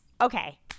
Okay